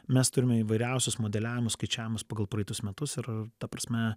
mes turime įvairiausius modeliavimus skaičiavimus pagal praeitus metus ir ta prasme